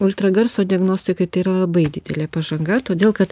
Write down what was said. ultragarso diagnostikai tai yra labai didelė pažanga todėl kad